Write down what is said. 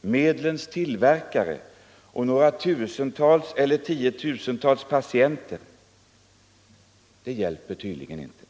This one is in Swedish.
medlens tillverkare och några tusentals eller tiotusentals patienter hjälper inte.